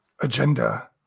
agenda